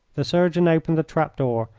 the surgeon opened the trap-door,